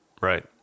Right